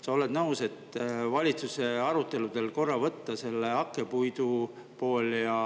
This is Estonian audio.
sa oled nõus valitsuse aruteludel korra võtma selle hakkepuidu poole ja